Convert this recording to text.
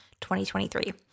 2023